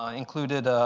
um included